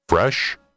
Fresh